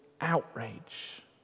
outrage